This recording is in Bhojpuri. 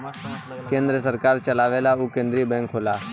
केन्द्र सरकार चलावेला उ केन्द्रिय बैंक होला